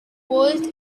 world